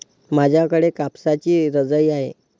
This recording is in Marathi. माझ्याकडे कापसाची रजाई आहे